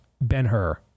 Ben-Hur